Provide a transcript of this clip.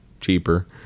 cheaper